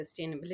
sustainability